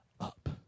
up